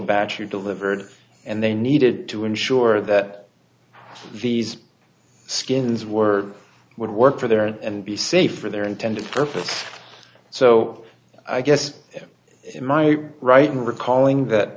batch you delivered and they needed to ensure that these skins were would work for there and be safe for their intended purpose so i guess in my writing recalling that